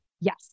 Yes